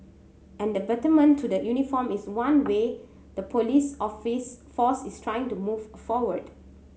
and the betterment to the uniform is one way the police office force is trying to move forward